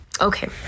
Okay